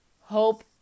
hope